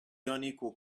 unequal